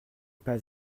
pas